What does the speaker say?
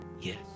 yes